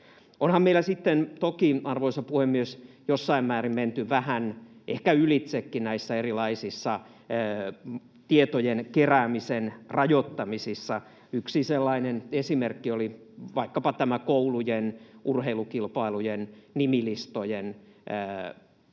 Onhan meillä sitten toki, arvoisa puhemies, jossain määrin menty vähän ehkä ylitsekin näissä erilaisissa tietojen keräämisen rajoittamisissa. Yksi sellainen esimerkki oli vaikkapa tämä koulujen urheilukilpailujen nimilistojen